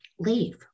leave